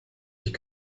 ich